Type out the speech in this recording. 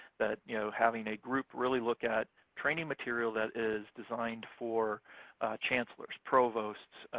that you know having a group really look at training material that is designed for chancellors, provosts,